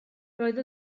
roedd